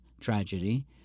tragedy